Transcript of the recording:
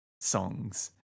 songs